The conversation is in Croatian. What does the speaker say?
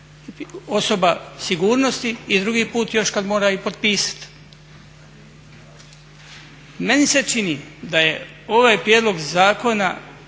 osoba sigurnosti i drugi put još kad mora i potpisati? Meni se čini da je ovaj prijedlog zakona